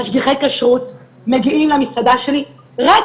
--- משגיחי כשרות מגיעים למסעדה שלי רק